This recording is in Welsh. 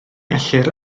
ellir